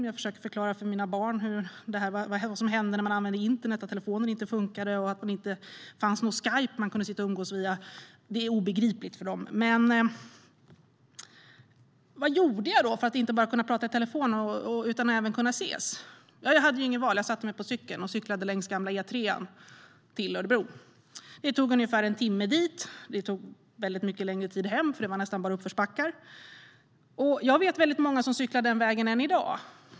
Jag har försökt förklara för mina barn vad som hände när man använde internet, att telefonerna inte fungerade och att det inte fanns någon Skype som man kunde umgås genom. Det är obegripligt för dem. Vad gjorde jag för att inte bara kunna prata med kompisarna i telefon utan även träffa dem? Jag hade inget val. Jag satte mig på cykeln och cyklade längs gamla E3:an till Örebro. Det tog ungefär en timme dit. Det tog väldigt mycket längre tid på hemvägen eftersom det nästan bara var uppförsbackar. Jag vet många som cyklar den vägen än i dag.